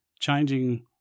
changing